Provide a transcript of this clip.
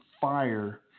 fire